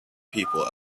people